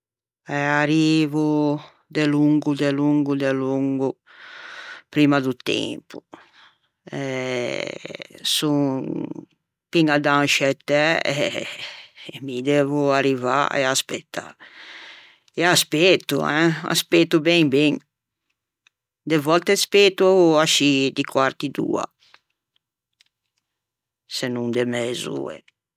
Eh arrivo delongo delongo delongo primma do tempo eh son piña d'anscietæ e mi devo arrivâ e aspëtâ, e aspeto eh, aspeto ben ben, de vòtte aspeto ascì di quarti d'oa, se no de mez'oe.